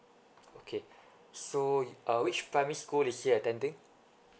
okay so uh which primary school is she attending